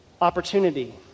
opportunity